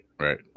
right